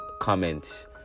comments